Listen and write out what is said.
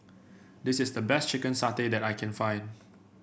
this is the best Chicken Satay that I can find